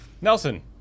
Nelson